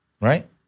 right